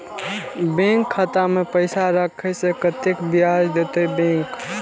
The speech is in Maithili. बैंक खाता में पैसा राखे से कतेक ब्याज देते बैंक?